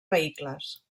vehicles